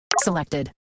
selected